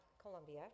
Colombia